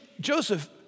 Joseph